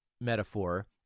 metaphor